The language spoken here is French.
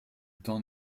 temps